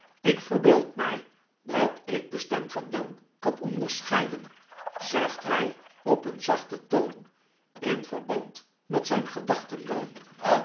ik verbeeld my dat ik de stem van jan kan onderscheiden zegt hij op een zachten toon in verband met zjjn gedachtenloop